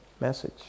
message